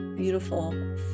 beautiful